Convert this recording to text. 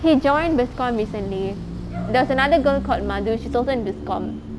he joined bizcomm recently there was another girl called mathu she also in bizcomm